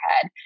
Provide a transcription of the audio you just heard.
head